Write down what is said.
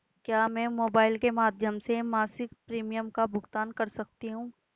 क्या मैं मोबाइल के माध्यम से मासिक प्रिमियम का भुगतान कर सकती हूँ?